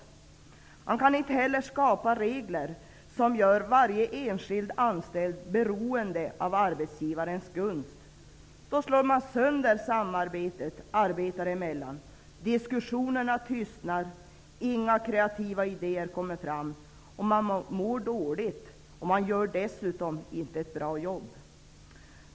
Man kan inte heller skapa regler, som gör varje enskild anställd beroende av arbetsgivarens gunst. Då slår man sönder samarbetet arbetare emellan och diskussionen tystnar. Inga kreativa idéer kommer fram. Man mår dåligt och gör inte ett bra jobb.